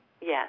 Yes